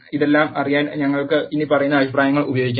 ഇതെല്ലാം അറിയാൻ ഞങ്ങൾക്ക് ഇനിപ്പറയുന്ന അഭിപ്രായങ്ങൾ ഉപയോഗിക്കാം